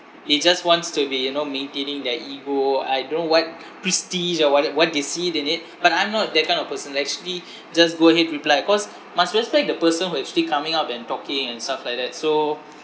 he just wants to be you know maintaining their ego I don't know what prestige or what they what they see it in it but I'm not that kind of person actually just go ahead reply cause must respect the person who actually coming up and talking and stuff like that so